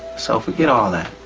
so forget all that.